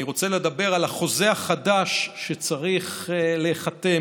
אני רוצה לדבר על החוזה החדש שצריך להיחתם